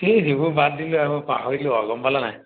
কি সেইবোৰ বাদ দিলো আৰু পাহৰিলোঁ আৰু গম পালে নাই